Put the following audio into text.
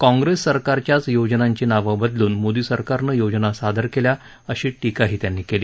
कॉप्रेस सरकारच्याच योजनांची नावं बदलून मोदी सरकारने योजना सादर केल्या अशी टीकाही त्यांनी केली